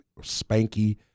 spanky